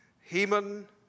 Heman